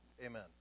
amen